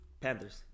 Panthers